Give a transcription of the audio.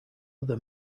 other